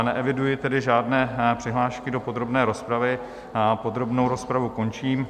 Neeviduji tedy žádné přihlášky do podrobné rozpravy, podrobnou rozpravu končím.